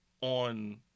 on